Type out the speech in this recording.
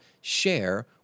share